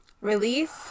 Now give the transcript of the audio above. Release